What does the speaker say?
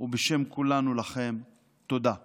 ובשם כולנו: תודה לכם.